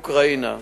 אוקראינה.